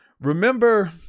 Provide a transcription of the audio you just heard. Remember